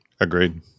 agreed